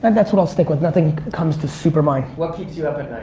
and that's what i'll stick with. nothing comes to super mind. what keeps you up at night?